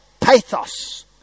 pathos